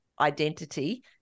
identity